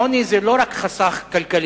עוני זה לא רק חסך כלכלי.